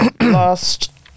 last